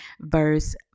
verse